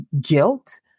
guilt